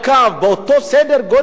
באותו סדר-גודל,